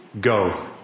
go